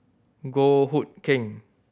Goh Hood Keng